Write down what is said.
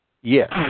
Yes